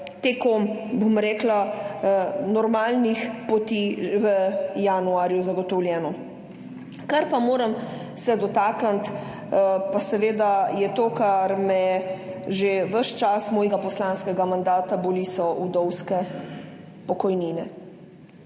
tekom, bom rekla, normalnih poti v januarju zagotovljeno. Kar pa moram se dotakniti, pa seveda je to, kar me že ves čas mojega poslanskega mandata boli, so vdovske pokojnine.